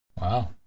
wow